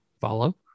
follow